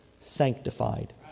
sanctified